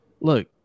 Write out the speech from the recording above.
look